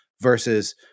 versus